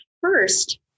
first